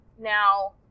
Now